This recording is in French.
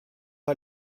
pas